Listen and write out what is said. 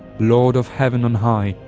lord of heaven on high,